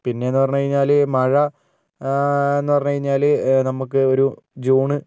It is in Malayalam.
പിന്നേന്ന് പറഞ്ഞ് കഴിഞ്ഞാല് മഴ എന്ന് പറഞ്ഞ് കഴിഞ്ഞാല് നമുക്ക് ഒരു ജൂണ്